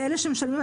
ואלה שמשלמים,